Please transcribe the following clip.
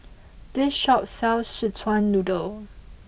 this shop sells Szechuan noodle